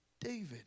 David